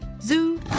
zoo